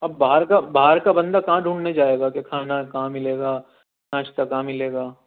اب باہر کا باہر کا بندہ کہاں ڈھونڈنے جائے گا کہ کھانا کہاں مِلے گا ناشتہ کہاں مِلے گا